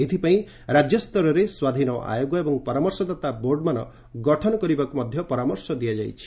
ଏଥିପାଇଁ ରାଜ୍ୟସ୍ତରରେ ସ୍ୱାଧୀନ ଆୟୋଗ ଏବଂ ପରାମର୍ଶଦାତା ବୋର୍ଡ଼ମାନ ଗଠନ କରିବାକୁ ପରାମର୍ଶ ଦିଆଯାଇଛି